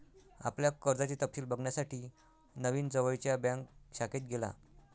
आपल्या कर्जाचे तपशिल बघण्यासाठी नवीन जवळच्या बँक शाखेत गेला